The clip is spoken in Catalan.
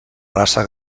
raça